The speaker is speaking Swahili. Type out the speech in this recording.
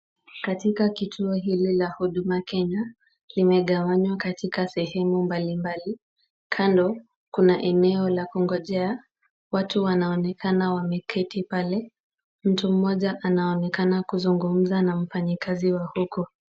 Katika kituo hili la huduma Kenya, limegawanywa katika sehemu mbalimbali. Kando kuna eneo la kungojea. Watu wanaonekana wameketi pale. Mtu mmoja anaonekana kuzungumza na mfanyikazi wa huko.